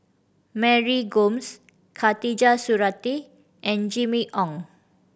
Mary Gomes Khatijah Surattee and Jimmy Ong